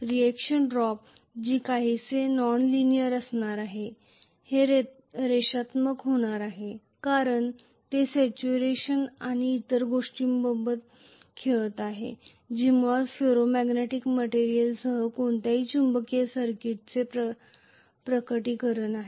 reaction drop जे काहीसे nonlinear असणार आहे ते रेषात्मक होणार नाही कारण ते सॅचुरेशन आणि इतर गोष्टींबरोबर खेळत आहे जे मुळात फेरो मॅग्नेटिक मटेरियलसह कोणत्याही चुंबकीय सर्किटचे प्रकटीकरण आहे